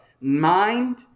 mind